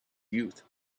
youth